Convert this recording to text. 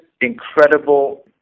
incredible